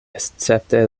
escepte